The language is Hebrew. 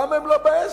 למה הם לא בעסק.